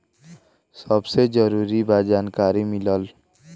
सबसे जरूरी बा जानकारी मिलल